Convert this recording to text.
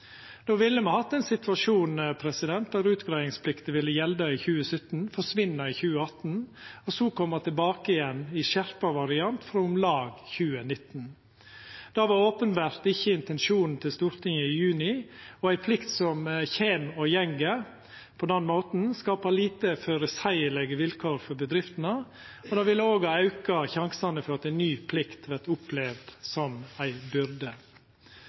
Då ville me hatt ein situasjon der utgreiingsplikta ville gjelda i 2017, forsvinna i 2018 og så koma tilbake igjen i skjerpa variant frå om lag 2019. Det var openbert ikkje intensjonen til Stortinget i juni, og ei plikt som kjem og går på den måten, skapar lite føreseielege vilkår for bedriftene, og det ville òg ha auka sjansane for at ei ny plikt vert opplevd som ei byrde.